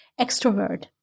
extrovert